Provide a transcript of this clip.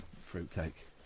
fruitcake